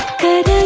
good